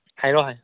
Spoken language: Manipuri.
ꯍꯥꯏꯔꯣꯍꯦ